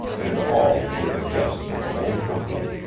and all were the guests of the whole company.